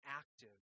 active